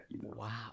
Wow